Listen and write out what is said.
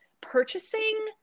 purchasing